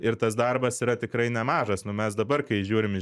ir tas darbas yra tikrai nemažas nu mes dabar kai žiūrim į